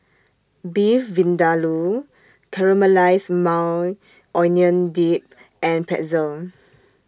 Beef Vindaloo Caramelized Maui Onion Dip and Pretzel